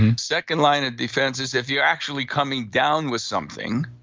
and second line of defense is if you're actually coming down with something,